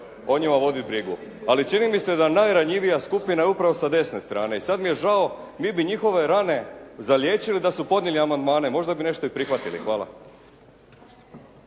o njima voditi brigu. Ali čini mi se da najranjivija skupina je upravo sa desne strane i sad mi je žao, mi bi njihove rane zaliječili da su podnijeli amandmane. Možda bi nešto i prihvatili. Hvala.